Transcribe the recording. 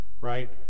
right